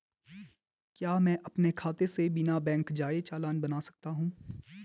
क्या मैं अपने खाते से बिना बैंक जाए चालान बना सकता हूँ?